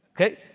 okay